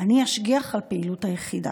אני אשגיח על פעילות היחידה.